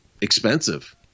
expensive